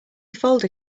folder